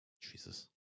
jesus